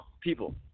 people